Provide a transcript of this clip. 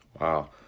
Wow